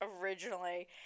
originally